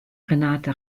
renate